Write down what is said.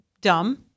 dumb